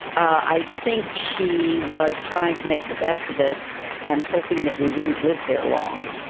i think she was trying to make the best of it and hoping that we wouldn't live there long.